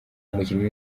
umukinnyi